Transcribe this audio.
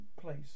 place